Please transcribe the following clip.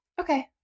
Okay